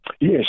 Yes